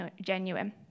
genuine